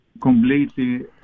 completely